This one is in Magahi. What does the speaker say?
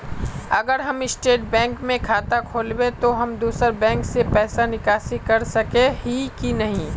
अगर हम स्टेट बैंक में खाता खोलबे तो हम दोसर बैंक से पैसा निकासी कर सके ही की नहीं?